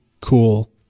cool